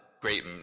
great